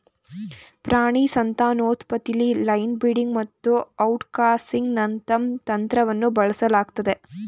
ಪ್ರಾಣಿ ಸಂತಾನೋತ್ಪತ್ತಿಲಿ line breeding ಮತ್ತುಔಟ್ಕ್ರಾಸಿಂಗ್ನಂತಂತ್ರವನ್ನುಬಳಸಲಾಗ್ತದೆ